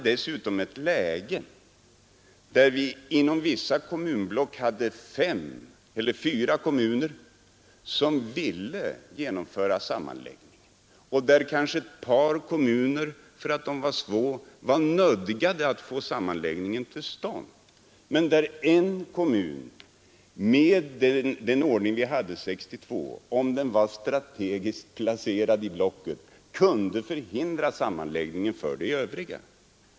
Dessutom hade vi ett läge där det inom vissa kommunblock fanns fyra eller fem kommuner som ville genomföra sammanläggningen och där kanske ett par kommuner på grund av att de var små var nödgade att få sammanläggningen till stånd men där en kommun, med den ordning vi fattat beslut om 1962, om den var strategisk placerad i blocket kunde förhindra sammanläggningen för de övriga.